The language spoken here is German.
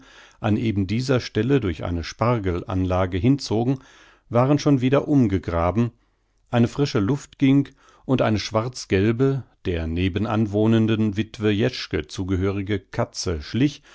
an eben dieser stelle durch eine spargel anlage hinzogen waren schon wieder umgegraben eine frische luft ging und eine schwarzgelbe der nebenanwohnenden wittwe jeschke zugehörige katze schlich